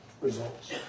results